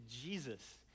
Jesus